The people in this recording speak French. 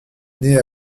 née